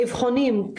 אבחונים.